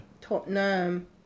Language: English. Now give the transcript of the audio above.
Tottenham